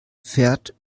fährt